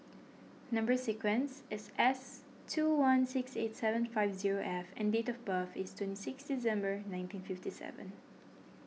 Number Sequence is S two one six eight seven five zero F and date of birth is twenty six December nineteen fifty seven